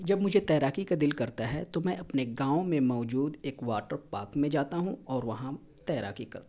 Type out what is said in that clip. جب مجھے تیراکی کا دل کرتا ہے تو میں اپنے گاؤں میں موجود ایک واٹر پارک میں جاتا ہوں اور وہاں تیراکی کرتا ہوں